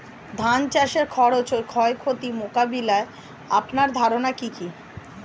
ধান চাষের খরচ ও ক্ষয়ক্ষতি মোকাবিলায় আপনার ধারণা কী?